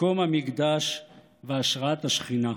מקום המקדש והשראת השכינה.